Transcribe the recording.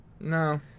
No